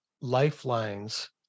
lifelines